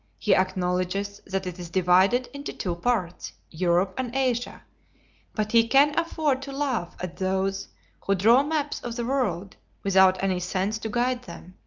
he acknowledges that it is divided into two parts europe and asia but he can afford to laugh at those who draw maps of the world without any sense to guide them,